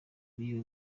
biwe